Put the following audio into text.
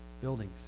buildings